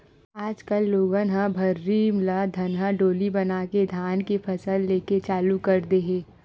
आज कल लोगन ह भर्री ल धनहा डोली बनाके धान के फसल लेके चालू कर दे हे